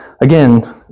again